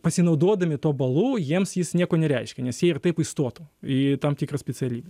pasinaudodami tuo balu jiems jis nieko nereiškia nes jie ir taip įstotų į tam tikrą specialybę